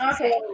Okay